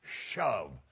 shove